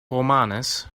romanes